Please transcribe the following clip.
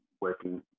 working